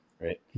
right